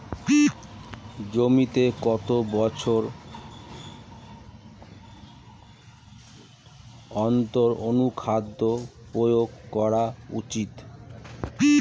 জমিতে কত বছর অন্তর অনুখাদ্য প্রয়োগ করা উচিৎ?